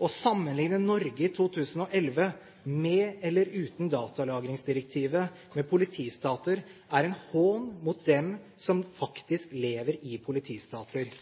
Å sammenligne Norge i 2011, med eller uten datalagringsdirektivet, med politistater er en hån mot dem som faktisk lever i politistater.